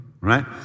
right